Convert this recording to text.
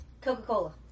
Coca-Cola